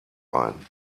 ein